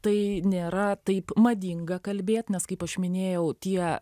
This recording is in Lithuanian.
tai nėra taip madinga kalbėt nes kaip aš minėjau tie